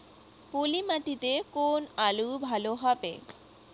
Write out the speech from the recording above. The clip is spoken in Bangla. পলি মাটিতে কোন আলু ভালো হবে?